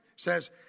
Says